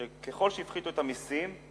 שככל שהפחיתו את המסים,